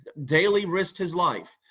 daily risked his life,